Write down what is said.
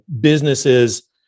businesses